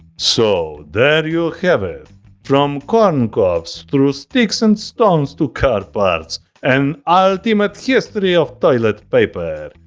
so there you have it from corncobs through sticks and stones to car parts an ultimate history of toilet paper.